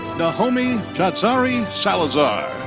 nahomi jatzari salazar.